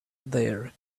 their